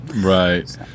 right